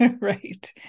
Right